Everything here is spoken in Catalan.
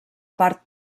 part